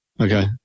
Okay